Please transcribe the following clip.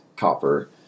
copper